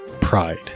pride